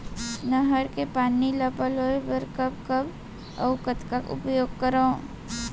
नहर के पानी ल पलोय बर कब कब अऊ कतका उपयोग करंव?